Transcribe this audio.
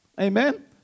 Amen